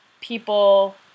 people